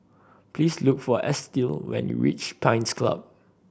please look for Estill when you reach Pines Club